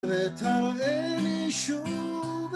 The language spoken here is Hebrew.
ותראה לי שוב